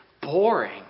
boring